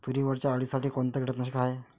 तुरीवरच्या अळीसाठी कोनतं कीटकनाशक हाये?